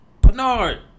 Bernard